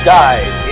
died